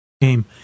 game